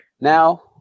Now